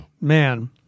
Man